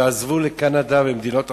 שעזבו לקנדה ולמדינות אחרות.